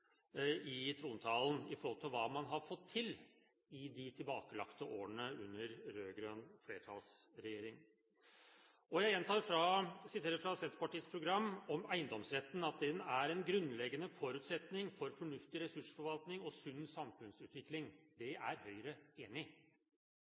i trontalen når det gjelder hva man har fått til i de tilbakelagte årene under rød-grønn flertallsregjering. Det står i Senterpartiets program at eiendomsretten er «grunnleggende for en fornuftig ressursforvaltning og en sunn samfunnsutvikling». Det